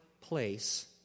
place